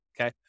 Okay